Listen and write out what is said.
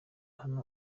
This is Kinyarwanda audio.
hano